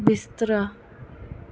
ਬਿਸਤਰਾ